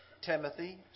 Timothy